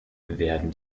werden